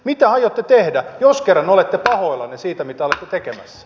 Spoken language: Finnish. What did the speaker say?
mitä aiotte tehdä jos kerran olette pahoillanne siitä mitä olette tekemässä